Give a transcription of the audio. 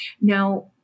Now